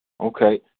Okay